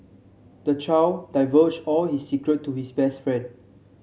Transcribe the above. the child divulged all his secret to his best friend